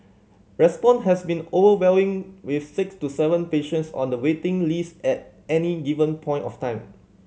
response has been overwhelming with six to seven patients on the waiting list at any given point of time